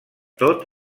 tot